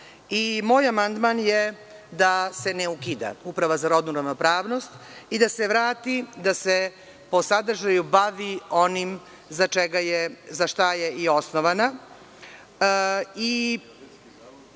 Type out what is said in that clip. amandman je da se ne ukida Uprava za rodnu ravnopravnost i da se vrati da se po sadržaju bavi onim za šta je i osnovana. Baš